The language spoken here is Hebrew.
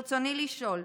ברצוני לשאול: